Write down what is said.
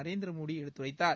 நநேர்திரமோடி எடுத்துரைத்தார்